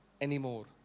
anymore